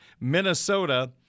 Minnesota